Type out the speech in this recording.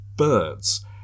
birds